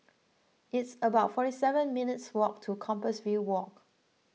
it's about forty seven minutes' walk to Compassvale Walk